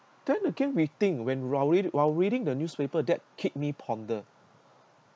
then again we think when while read while reading the newspaper that kick me ponder